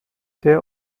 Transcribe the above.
der